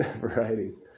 varieties